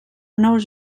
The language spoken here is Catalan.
nous